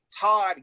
Todd